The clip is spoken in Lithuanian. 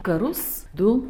karus du